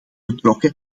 betrokken